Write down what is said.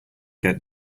get